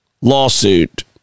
lawsuit